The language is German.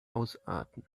ausarten